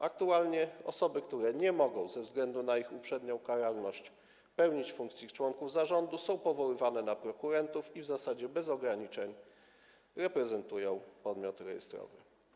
Aktualnie osoby, które nie mogę ze względu na ich uprzednią karalność, pełnić funkcji członków zarządu, są powoływane na prokurentów i w zasadzie bez ograniczeń reprezentują podmiot rejestrowy.